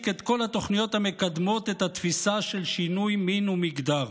את כל התוכניות המקדמות את התפיסה של שינוי מין ומגדר.